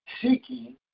seeking